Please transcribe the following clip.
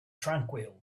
tranquil